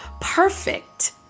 perfect